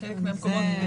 בחלק מהמקומות,